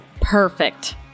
Perfect